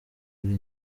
kuri